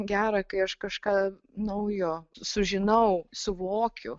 gera kai aš kažką naujo sužinau suvokiu